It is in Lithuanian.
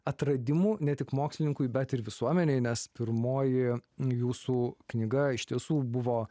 atradimų ne tik mokslininkui bet ir visuomenei nes pirmoji jūsų knyga iš tiesų buvo